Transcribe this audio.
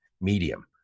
medium